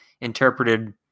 interpreted